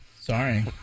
Sorry